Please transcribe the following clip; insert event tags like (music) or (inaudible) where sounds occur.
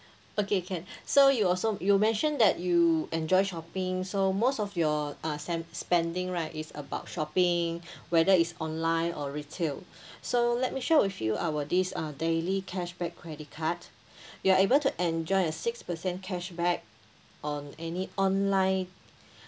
okay can (breath) so you also you mention that you enjoy shopping so most of your uh se~ spending right is about shopping (breath) whether it's online or retail (breath) so let me share with you our this uh daily cashback credit card (breath) you are able to enjoy a six percent cashback on any online